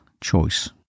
choice